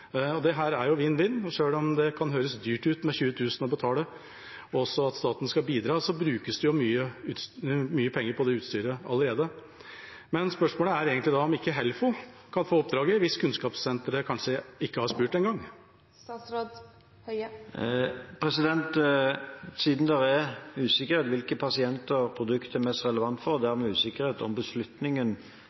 er vinn-vinn. Selv om det kan høres dyrt ut å betale 20 000 kr, og at staten skal bidra, brukes det mye penger på det utstyret allerede. Spørsmålet er egentlig da om ikke HELFO kan få oppdraget, hvis Kunnskapssenteret kanskje ikke har spurt engang. Siden det er usikkerhet om hvilke pasienter produktet er mest relevant for, og dermed usikkerhet om beslutningen